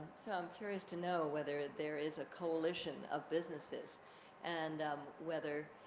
so, i'm curious to know whether there is a coalition of businesses and whether,